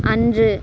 அன்று